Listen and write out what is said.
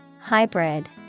Hybrid